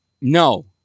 no